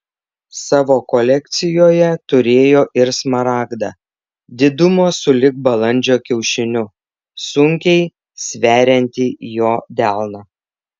savo kolekcijoje turėjo ir smaragdą didumo sulig balandžio kiaušiniu sunkiai sveriantį jo delną